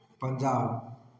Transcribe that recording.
Punjab